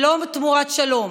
שלום תמורת שלום,